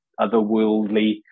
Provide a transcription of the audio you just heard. otherworldly